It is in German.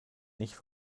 nicht